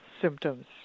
symptoms